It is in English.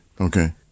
okay